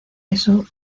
eso